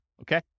Okay